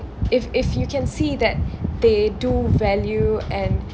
if if you can see that they do value and